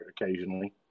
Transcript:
occasionally